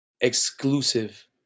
exclusive